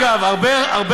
על כל פנים,